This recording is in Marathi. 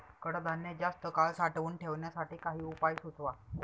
कडधान्य जास्त काळ साठवून ठेवण्यासाठी काही उपाय सुचवा?